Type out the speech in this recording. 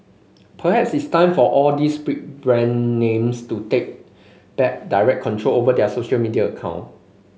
perhaps it's time for all these big brand names to take back direct control over their social media account